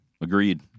agreed